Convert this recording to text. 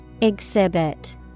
Exhibit